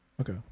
Okay